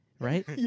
Right